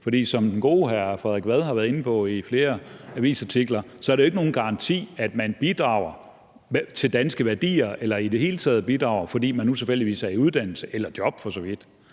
for som den gode hr. Frederik Vad har været inde på i flere avisartikler, så er der jo ikke nogen garanti for, at man bidrager til danske værdier eller i det hele taget bidrager, fordi man nu tilfældigvis er i uddannelse eller job for så vidt.